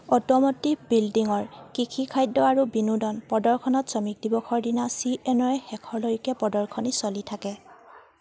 automotive বিল্ডিঙৰ কৃষি খাদ্য আৰু বিনোদন প্ৰদৰ্শনত শ্ৰমিক দিৱসৰ দিনা চি এন ঐৰ শেষলৈকে প্ৰদৰ্শনী চলি থাকে